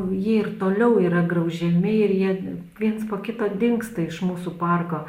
jie ir toliau yra graužiami ir jie viens po kito dingsta iš mūsų parko